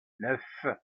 neuf